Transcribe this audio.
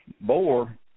boar